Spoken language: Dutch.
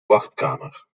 wachtkamer